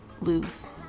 lose